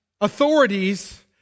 authorities